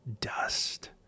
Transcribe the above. dust